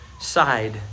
side